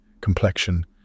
complexion